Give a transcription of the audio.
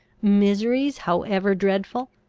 miseries however dreadful?